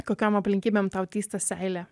kokiom aplinkybėm tau tįsta seilė